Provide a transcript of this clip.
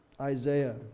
Isaiah